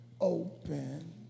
open